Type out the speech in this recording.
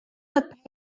not